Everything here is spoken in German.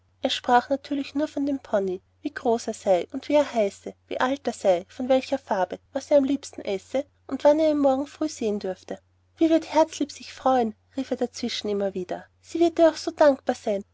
er sprach natürlich nur von dem pony wie groß er sei wie er heiße wie alt er sei von welcher farbe was er am liebsten esse und wann er ihn morgen früh sehen dürfe wie wird herzlieb sich freuen rief er dazwischen immer wieder sie wird dir auch so dankbar sein